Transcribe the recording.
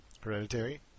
Hereditary